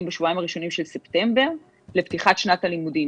בשבועיים הראשונים של ספטמבר לפתיחת שנת הלימודים.